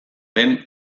den